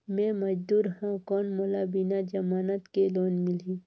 मे मजदूर हवं कौन मोला बिना जमानत के लोन मिलही?